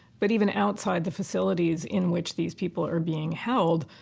but even outside the facilities in which these people are being held,